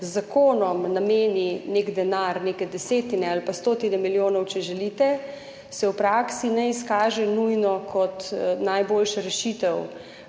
zakonom nameni nek denar, neke desetine ali pa stotine milijonov, če želite, se v praksi ne izkaže nujno kot najboljša rešitev.